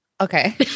Okay